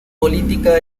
política